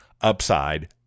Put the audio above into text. Upside